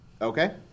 Okay